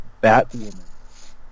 Batwoman